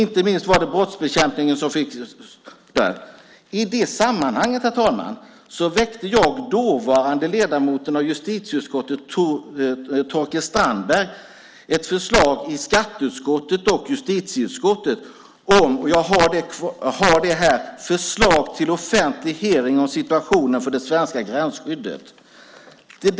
Inte minst gällde det brottsbekämpningen. I det sammanhanget, herr talman, väckte jag och dåvarande ledamoten av justitieutskottet Torkild Strandberg ett förslag i skatteutskottet och justitieutskottet - jag har det här - om en offentlig hearing om situationen för det svenska gränsskyddet.